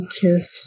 kiss